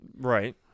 right